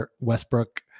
Westbrook